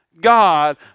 God